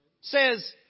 says